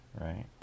Right